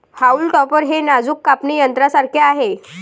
haulm topper हे नाजूक कापणी यंत्रासारखे आहे